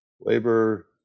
labor